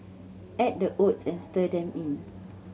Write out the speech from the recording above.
add the oats and stir them in